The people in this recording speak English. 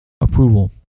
approval